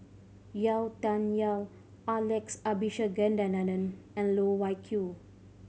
Yau Tian Yau Alex Abisheganaden and Loh Wai Kiew